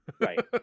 Right